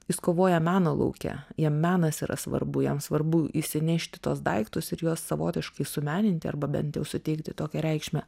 jis kovoja meno lauke jam menas yra svarbu jam svarbu įsinešti tuos daiktus ir juos savotiškai sumeninti arba bent jau suteikti tokią reikšmę